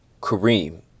Kareem